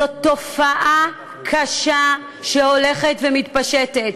זאת תופעה קשה שהולכת ומתפשטת.